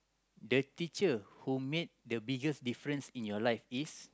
the teacher who made the biggest difference in your life is